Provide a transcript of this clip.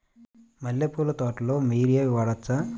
మల్లె పూల తోటలో యూరియా వాడవచ్చా?